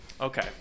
Okay